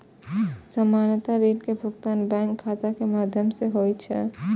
सामान्यतः ऋण के भुगतान बैंक खाता के माध्यम सं होइ छै